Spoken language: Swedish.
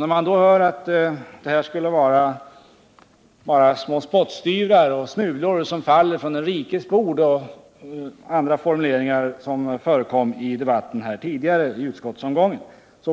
När man hör att detta skulle vara små spottstyvrar och smulor från den rikes bord och andra liknande formuleringar som förekom i debatten tidigare